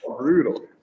Brutal